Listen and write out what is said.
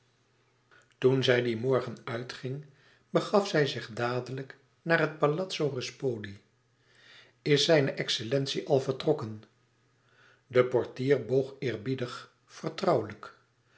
toen zij dien morgen uitging begaf zij zich dadelijk naar het alazzo uspoli s ijn xcellentie al vertrokken de portier boog eerbiedig vertrouwelijk